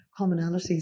commonalities